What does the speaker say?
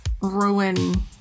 ruin